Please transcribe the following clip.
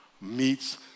meets